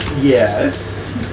Yes